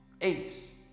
Apes